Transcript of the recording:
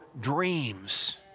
dreams